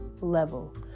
level